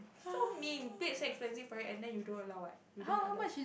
so mean paid so expensive for it and then you don't allow what you don't allow